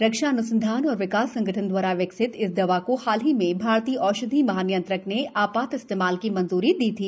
रक्षा अनुसंधान और विकास संगठन द्वारा विकसित इस दवा को हाल ही में भारतीय औषधि महानियंत्रक ने आपात इस्तेमाल की मंजूरी दी थी